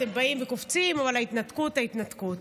אתם באים וקופצים: אבל ההתנתקות, ההתנתקות.